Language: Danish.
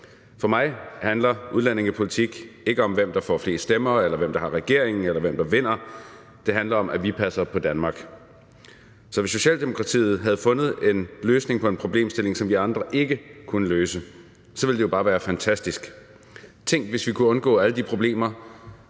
For mig handler udlændingepolitik ikke om, hvem der får flest stemmer, hvem der har regeringsmagten, eller hvem der vinder. Det handler om, at vi passer på Danmark. Så hvis Socialdemokratiet havde fundet en løsning på en problemstilling, som vi andre ikke kunne løse, så ville det jo bare være fantastisk. Tænk, hvis vi kunne undgå alle de problemer,